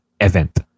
event